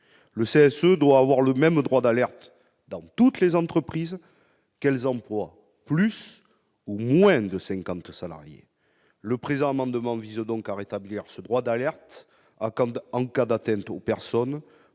le CSE doit avoir le même droit d'alerte dans toutes les entreprises, qu'elles emploient plus ou moins de 50 salariés. Le présent amendement vise donc à rétablir ce droit d'alerte en cas d'atteinte aux personnes